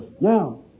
Now